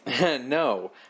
No